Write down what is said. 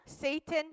Satan